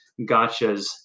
gotchas